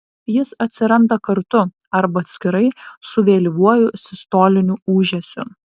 jis atsiranda kartu arba atskirai su vėlyvuoju sistoliniu ūžesiu